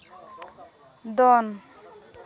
ᱫᱚᱱ